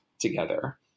together